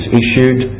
issued